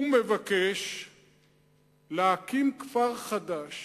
הוא מבקש להקים כפר חדש